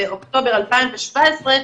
באוקטובר 2017,